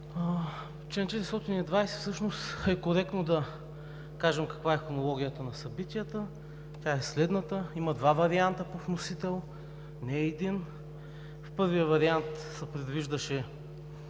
Член 420 – всъщност е коректно да кажем каква е хронологията на събитията. Тя е следната: има два варианта по вносител – не е един. В първия вариант се предвиждаше